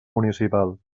municipal